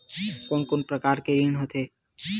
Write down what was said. कोन कोन प्रकार के ऋण होथे?